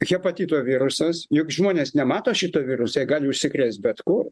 hepatito virusas juk žmonės nemato šito viruso jie gali užsikrėst bet kur